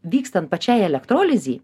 vykstant pačiai elektrolizei